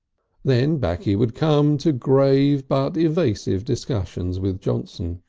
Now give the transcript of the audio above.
then back he would come to grave but evasive discussions with johnson.